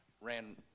ran